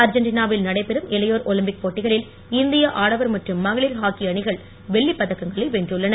அர்ஜென்டைனாவில் நடைபெறும் இளையோர் ஒலிம்பிக் போட்டிகளில் இந்திய ஆடவர் மற்றும் மகளிர் ஹாக்கி அணிகள் வெள்ளிப் பதக்கங்களை வென்றுள்ளனர்